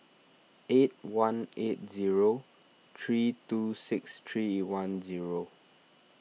eight one eight zero three two six three one zero